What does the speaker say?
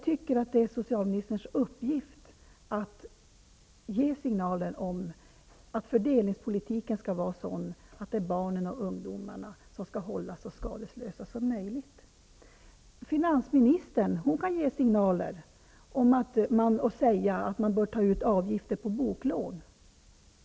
Det är socialministerns uppgift att ge signaler om att fördelningspolitiken skall vara sådan att barnen och ungdomarna skall hållas så skadeslösa som möjligt. Finansministern kan ge ju signaler om att avgifter bör tas ut på boklån.